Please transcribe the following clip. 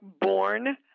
Born